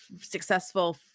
successful